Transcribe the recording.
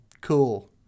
cool